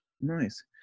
Nice